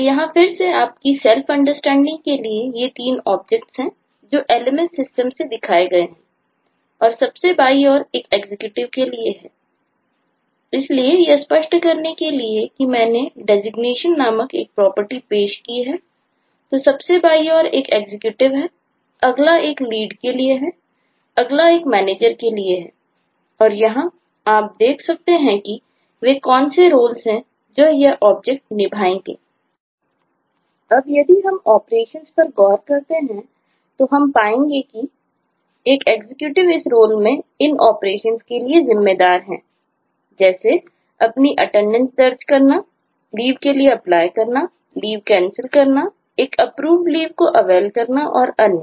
तो यहां फिर से आपकी सेल्फ अंडरस्टैंडिंग पर गौर करते हैं तो हम पाएंगे कि एक Executive इस रोल में इन ऑपरेशन के लिए जिम्मेदार है जैसे अपनी attendance दर्ज करना Leave के लिए apply करना Leave cancel करना एक approved leave को avail करना और अन्य